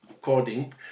coding